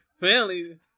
Family